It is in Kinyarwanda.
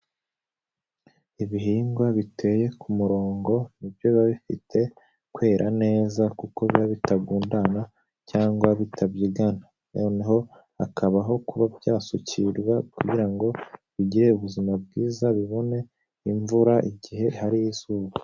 Ibihingwa biteye ku murongo ni byo biba bifite kwera neza kuko biba bitagondana cyangwa bitabyigana, noneho hakabaho kuba byasukirwa kugira ngo bigire ubuzima bwiza bibone imvura igihe hari izuba.